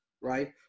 Right